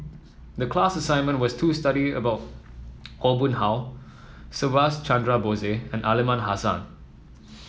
the class assignment was to study about Aw Boon Haw Subhas Chandra Bose and Aliman Hassan